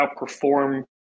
outperform